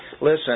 listen